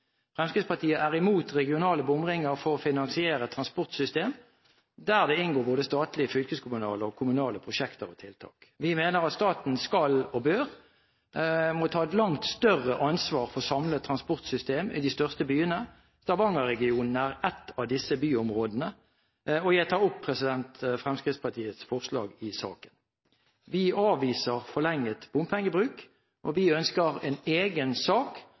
Fremskrittspartiet er imot regionale bomringer for å finansiere transportsystem der det inngår både statlige, fylkeskommunale og kommunale prosjekter og tiltak. Vi mener at staten skal – og bør – ta et langt større ansvar for et samlet transportsystem i de største byene. Stavanger-regionen er ett av disse byområdene. Jeg tar opp Fremskrittspartiets forslag i saken. Vi avviser forlenget bompengebruk, og vi ønsker en egen sak